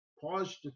Pause